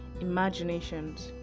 imaginations